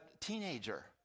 teenager